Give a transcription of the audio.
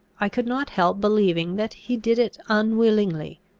i could not help believing that he did it unwillingly,